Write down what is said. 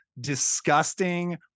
disgusting